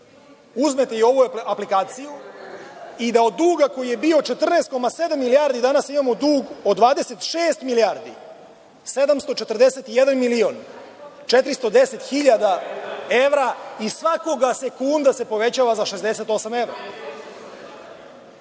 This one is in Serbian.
uzmete i ovu aplikaciju i da od duga koji je bio 14,7 milijardi, danas imamo dug od 26 milijardi 741 miliona 410 hiljada evra i svakog sekunda se povećava za 68 evra,